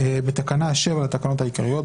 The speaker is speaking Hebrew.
"בתקנה 7 לתקנות העיקריות,